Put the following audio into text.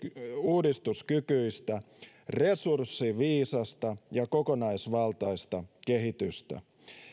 uudistuskykyistä resurssiviisasta ja kokonaisvaltaista kehitystä